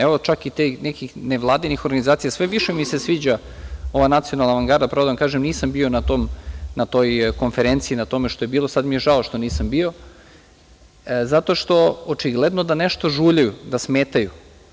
Evo, čak i tih nekih nevladinih organizacija, sve više mi se sviđa ova „Nacionalna avangarda“, pravo da vam kažem, nisam bio na toj konferenciji, na tome što je bilo, sad mi je žao što nisam bio, zato što očigledno da nešto žuljaju, da smetaju.